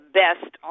best